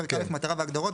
פרק א': מטרה והגדרות,